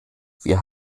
wir